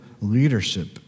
leadership